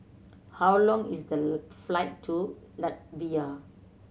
how long is the flight to Latvia